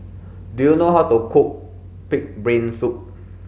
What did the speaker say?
do you know how to cook pig's brain soup